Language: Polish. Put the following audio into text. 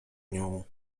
nią